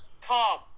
Tom